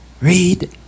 Read